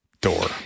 door